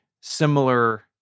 similar